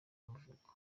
y’amavuko